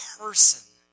person